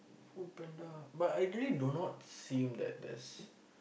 Food-Panda but I really do not seems that there's